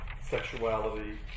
sexuality